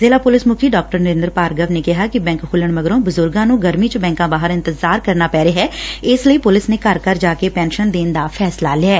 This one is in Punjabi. ਜ਼ਿਲੁਾ ਪੁਲਿਸ ਸੁੱਖੀ ਡਾ ਨਰਿੰਦਰ ਭਾਰਗਵ ਨੇ ਕਿਹਾ ਕਿ ਬੈਂਕ ਖੁੱਲਣ ਮਗਰੋਂ ਬਜੁਰਗਾ ਨੁੰ ਗਰਮੀ ਚ ਬੈਂਕਾਂ ਬਾਹਰ ਇੰਤਜ਼ਾਰ ਕਰਨਾ ਪੈ ਰਿਹੈ ਇਸ ਲਈ ਪੁਲਿਸ ਨੇ ਘਰ ਘਰ ਜਾ ਕੇ ਪੈਨਸ਼ਨ ਦੇਣ ਦਾ ਫੈਸਲਾ ਲਿਐ